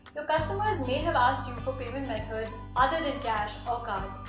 your customers may have asked you for payment methods other than cash or cards.